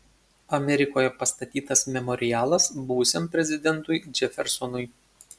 amerikoje pastatytas memorialas buvusiam prezidentui džefersonui